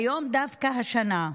היום, דווקא השנה,